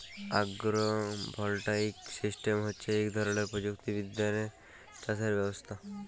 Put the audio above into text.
আগ্র voltaic system হচ্যে ইক ধরলের প্রযুক্তি বিজ্ঞালের চাসের ব্যবস্থা